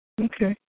Okay